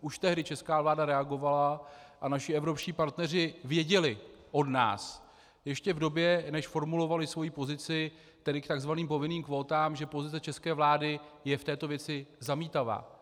Už tehdy česká vláda reagovala a naši evropští partneři věděli od nás ještě v době, než formulovali svoji pozici, tedy k takzvaným povinným kvótám, že pozice české vlády je v této věci zamítavá.